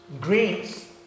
Greens